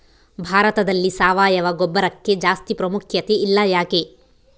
ಭಾರತದಲ್ಲಿ ಸಾವಯವ ಗೊಬ್ಬರಕ್ಕೆ ಜಾಸ್ತಿ ಪ್ರಾಮುಖ್ಯತೆ ಇಲ್ಲ ಯಾಕೆ?